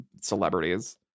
celebrities